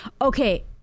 Okay